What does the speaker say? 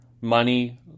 money